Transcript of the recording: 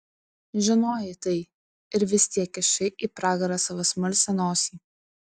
žinojai tai ir vis tiek kišai į pragarą savo smalsią nosį